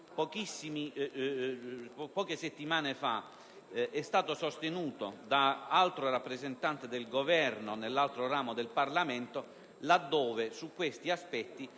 poche settimane fa è stato sostenuto da altro rappresentante del Governo nell'altro ramo del Parlamento, laddove su questi aspetti